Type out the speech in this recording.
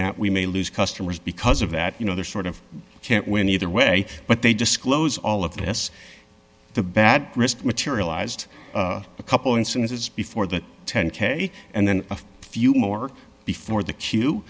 that we may lose customers because of that you know they're sort of can't win either way but they disclose all of this the bad wrist materialized a couple instances before that ten k and then a few more before the